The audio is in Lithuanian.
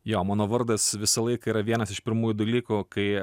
jo mano vardas visą laiką yra vienas iš pirmųjų dalykų kai